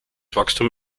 wachstum